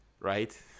right